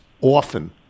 often